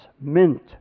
mint